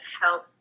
help